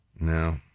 No